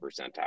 percentile